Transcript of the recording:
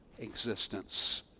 Existence